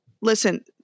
listen